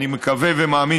אני מקווה ומאמין,